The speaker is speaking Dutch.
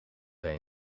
bij